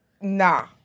Nah